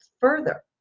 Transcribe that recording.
further